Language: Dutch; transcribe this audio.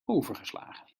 overgeslagen